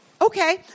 Okay